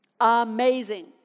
Amazing